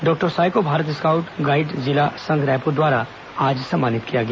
doctor Sai को Bharat scouts और guides जिला संघ रायपुर द्वारा सम्मानित किया गया